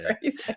crazy